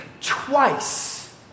twice